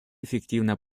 эффективно